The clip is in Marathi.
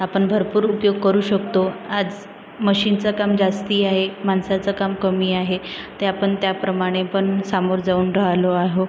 आपण भरपूर उपयोग करू शकतो आज मशीनचं काम जास्ती आहे माणसाचं काम कमी आहे त्यापण त्याप्रमाणे पण सामोरं जाऊन राहिलो आहो